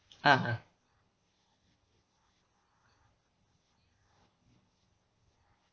(uh huh)